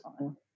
on